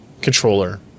controller